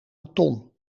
beton